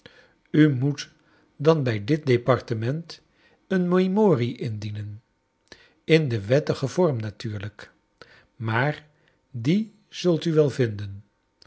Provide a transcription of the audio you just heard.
u moet dan bij dit departement een memorie indienen in den wettigen vorm natuurlijk maar die zult u wel vinden